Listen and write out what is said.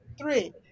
three